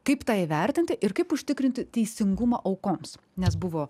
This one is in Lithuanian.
kaip tą įvertinti ir kaip užtikrinti teisingumą aukoms nes buvo